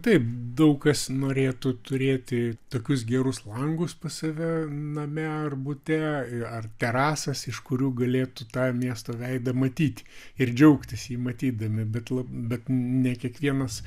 taip daug kas norėtų turėti tokius gerus langus pas save name ar bute ar terasas iš kurių galėtų tą miesto veidą matyti ir džiaugtis jį matydami bet la bet ne kiekvienas